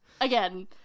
Again